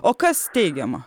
o kas teigiama